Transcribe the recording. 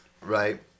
Right